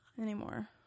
anymore